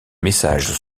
messages